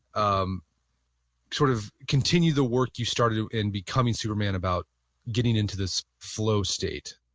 um sort of continue the work you started in becoming superman about getting into this flow state?